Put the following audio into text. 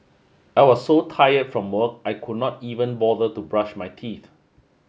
I was so tired from work I could not even bother to brush my teeth